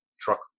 truck